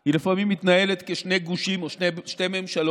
היא לפעמים מתנהלת כשני גושים או שתי ממשלות,